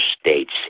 states